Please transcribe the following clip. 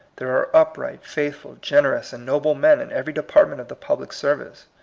there are upright, faithful, generous, and noble men in every department of the pub lic service.